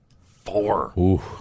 Four